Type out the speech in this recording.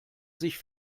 sich